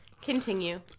continue